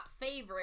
favorite